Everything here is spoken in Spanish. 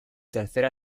tercera